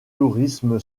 tourisme